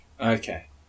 Okay